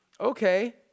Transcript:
okay